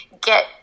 get